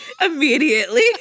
immediately